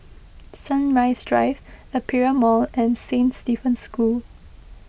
Sunrise Drive Aperia Mall and Saint Stephen's School